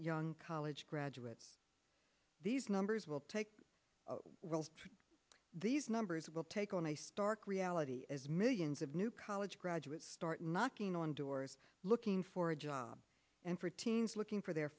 young college graduate these numbers will take these numbers will take on a stark reality as millions of new college graduates start knocking on doors looking for a job and for teens looking for their